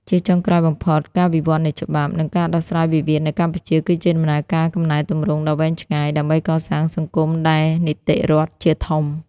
ជាចុងក្រោយបំផុត ការវិវត្តនៃច្បាប់ និងការដោះស្រាយវិវាទនៅកម្ពុជា គឺជាដំណើរការកំណែទម្រង់ដ៏វែងឆ្ងាយ ដើម្បីកសាងសង្គមដែលនីតិរដ្ឋជាធំ។